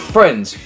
Friends